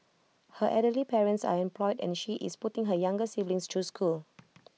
her elderly parents are unemployed and she is putting her younger siblings choose school